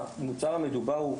המוצר המדובר הוא,